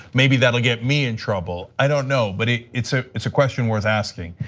maybe that will get me in trouble. i don't know but it's ah it's a question worth asking.